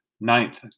Ninth